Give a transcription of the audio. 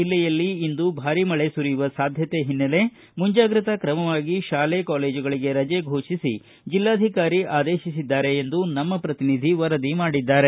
ಜಿಲ್ಲೆಯಲ್ಲಿ ಇಂದು ಭಾರಿ ಮಳೆ ಸುರಿಯುವ ಸಾಧ್ಯತೆ ಹಿನ್ನೆಲೆ ಮುಂಜಾಗ್ರತಾ ಕ್ರಮವಾಗಿ ಶಾಲೆ ಕಾಲೇಜುಗಳಿಗೆ ರಜೆ ಘೋಷಿಸಿ ಜಿಲ್ಲಾಧಿಕಾರಿ ಆದೇಶಿಸಿದ್ದಾರೆ ಎಂದು ನಮ್ನ ಪ್ರತಿನಿಧಿ ತಿಳಿಸಿದ್ದಾರೆ